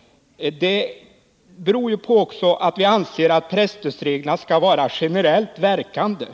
— men också på att vi anser att presstödsreglerna skall vara generellt verkande.